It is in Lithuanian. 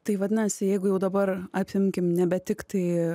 tai vadinasi jeigu jau dabar atsiminkim nebe tiktai